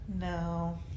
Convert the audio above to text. No